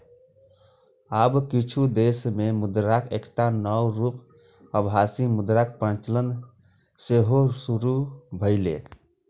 आब किछु देश मे मुद्राक एकटा नव रूप आभासी मुद्राक प्रचलन सेहो शुरू भेलैए